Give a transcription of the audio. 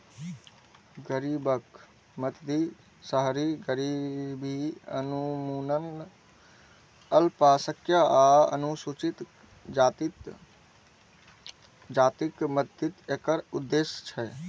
गरीबक मदति, शहरी गरीबी उन्मूलन, अल्पसंख्यक आ अनुसूचित जातिक मदति एकर उद्देश्य छै